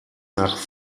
nach